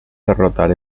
derrotar